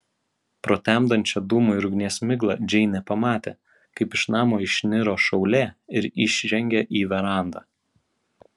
pro temdančią dūmų ir ugnies miglą džeinė pamatė kaip iš namo išniro šaulė ir išžengė į verandą